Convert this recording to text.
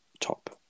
Top